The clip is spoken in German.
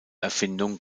erfindung